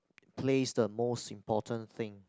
plays the most important thing